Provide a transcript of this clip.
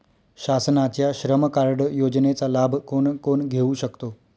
शासनाच्या श्रम कार्ड योजनेचा लाभ कोण कोण घेऊ शकतो?